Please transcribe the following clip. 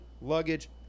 luggage